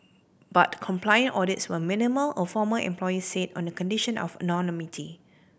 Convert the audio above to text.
but compliance audits were minimal a former employee said on the condition of anonymity